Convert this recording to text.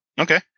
Okay